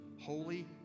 holy